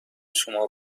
شما